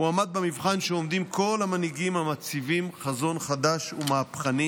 הוא עמד במבחן שעומדים בו כל המנהיגים המציבים חזון חדש ומהפכני